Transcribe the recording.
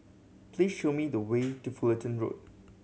please show me the way to Fullerton Road